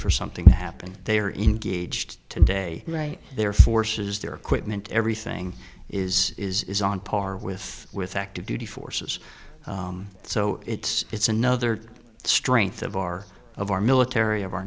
for something to happen they are in gauged today right their forces their equipment everything is is on par with with active duty forces so it's it's another strength of our of our military of our